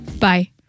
bye